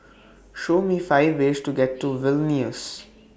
Show Me five ways to get to Vilnius